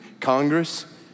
Congress